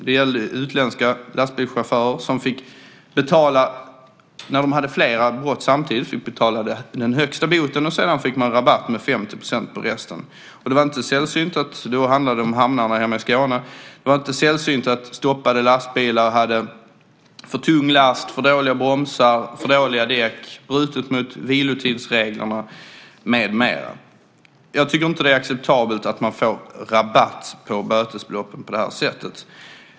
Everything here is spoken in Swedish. Det gällde utländska lastbilschaufförer som vid flera brott samtidigt fick betala den högsta boten och fick rabatt med 50 % på resten. Det handlade om hamnarna hemma i Skåne. Det var inte sällsynt att stoppade lastbilar hade för tung last, för dåliga bromsar, för dåliga däck, man hade brutit mot vilotidsreglerna med mera. Det är inte acceptabelt att man får rabatt på bötesbelopp.